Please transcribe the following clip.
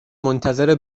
منتظر